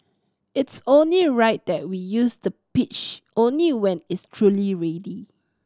it's only right that we use the pitch only when it's truly ready